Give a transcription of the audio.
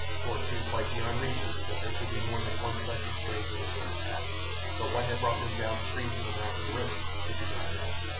for it seemed quite beyond reason that there should be more than one such a strangely assorted pack but what had brought them down-stream to the mouth of the river she could not imagine.